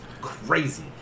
crazy